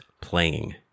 playing